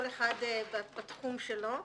כל אחד בתחום שלו.